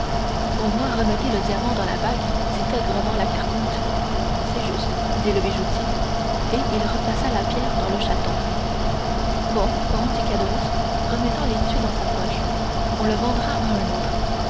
au moins remettez le diamant dans la bague dit aigrement la carconte c'est juste dit le bijoutier et il replaça la pierre dans le chaton bon bon bon dit caderousse remettant l'étui dans sa poche on le vendra à un autre